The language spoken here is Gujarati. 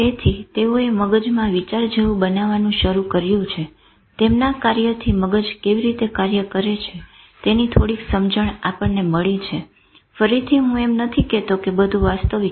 તેથી તેઓએ મગજમાં વિચાર જેવું બનાવાનું શરુ કર્યું તેમના કાર્યથી મગજ કેવી રીતે કાર્ય કરે છે તેની થોડીક સમજણ આપણને મળી છે ફરીથી હું એમ નથી કેતો ક બધું વાસ્તવિક છે